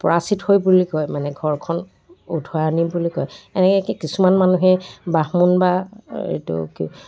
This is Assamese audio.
পৰাচিত হয় বুলি কয় মানে ঘৰখন উধাৰণি বুলি কয় এনেকৈ কিছুমান মানুহে বাহ্মণ বা